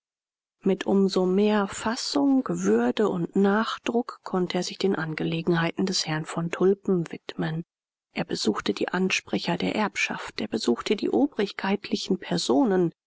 mit um so mehr fassung würde und nachdruck konnte er sich den angelegenheiten des herrn von tulpen widmen er besuchte die ansprecher der erbschaft er besuchte die obrigkeitlichen personen